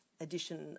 Edition